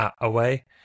away